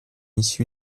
issu